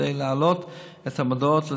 כדי להעלות את המודעות,